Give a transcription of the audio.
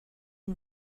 une